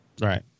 Right